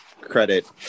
credit